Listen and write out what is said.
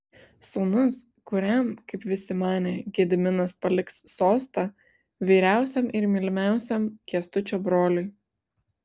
sūnus kuriam kaip visi manė gediminas paliks sostą vyriausiam ir mylimiausiam kęstučio broliui